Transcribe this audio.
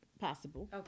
Possible